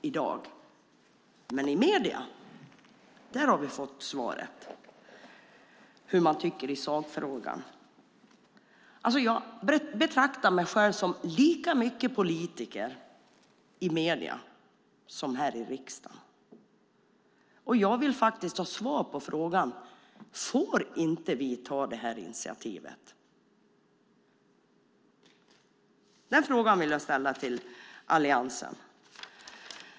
I medierna har vi dock fått svar om vad man tycker i sakfrågan. Jag betraktar mig själv som lika mycket politiker i medierna som här i riksdagen, och jag vill faktiskt ha svar på frågan: Får vi inte ta detta initiativ? Den frågan vill jag ställa till Alliansen.